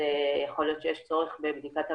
יכול להיות שיש צורך בבדיקת המידע.